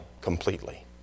completely